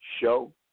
show